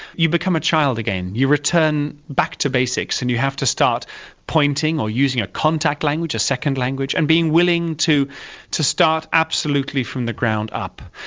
you become a child again, you return back to basics and you have to start pointing or using a contact language, a second language, and being willing to to start absolutely from the ground up.